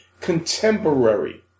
Contemporary